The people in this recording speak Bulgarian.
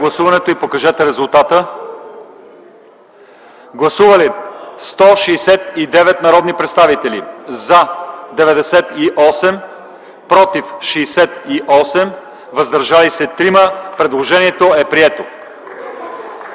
Гласували 169 народни представители: за 98, против 68, въздържали се 3. Предложението е прието.